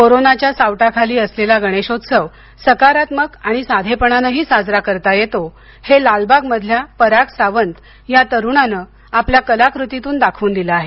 कोरोनाच्या सावटाखाली असलेला गणेशोत्सव सकारात्मक आणि साधेपणानंही साजरा करता येतो हे लालबागमधल्या पराग सावंत या तरुणानं आपल्या कलाकृतीतून दाखवून दिलं आहे